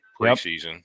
preseason